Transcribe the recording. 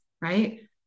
right